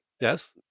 Yes